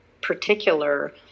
particular